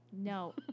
No